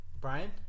Brian